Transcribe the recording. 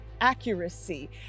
accuracy